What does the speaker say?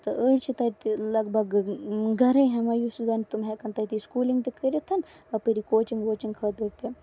تہٕ أسۍ چھِ لگ بگ مطلب گرے ہیوان یُس زَن تِم ہٮ۪کان تٔتہِ سکوٗلِنگ تہِ کٔرِتھ تہٕ اَپٲری کوچِنگ ووچِنگ خٲطرٕ تہِ